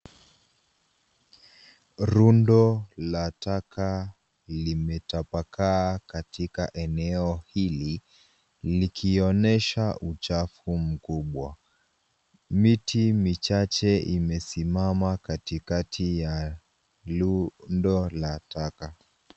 Rundo la taka limetapakaa katika eneo hili, likionesha uchafu mkubwa. Miti michache imesimama katikati ya rundo la taka.